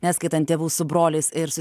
neskaitant tėvų su broliais ir su